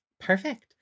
Perfect